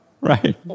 Right